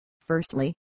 Firstly